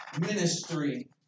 ministry